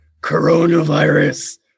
Coronavirus